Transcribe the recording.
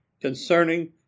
concerning